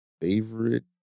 favorite